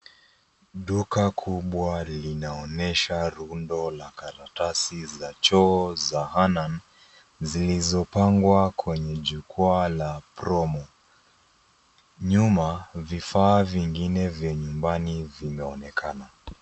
Duka kubwa linaonyesha rundo la karatasi za choo za Hanan zilizo pangwa kwenye jukwa la promo . Nyuma vifaa vingine vya nyumbani vinaonekana.